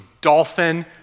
dolphin